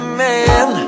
man